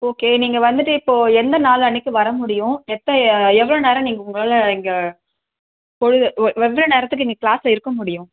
okay நீங்கள் வந்துட்டு இப்போது எந்த நாள் அன்றைக்கி வர முடியும் எத்தனை எவ்வளோ நேரம் நீங்கள் உங்களால் இங்கே எவ்வளோ நேரத்துக்கு இங்கே க்ளாஸில் இருக்க முடியும்